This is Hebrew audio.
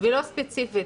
ולא ספציפית.